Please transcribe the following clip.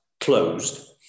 closed